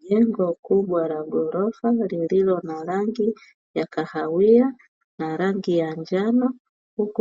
Jengo kubwa la gorofa lililo na rangi ya kahawia na rangi ya njano,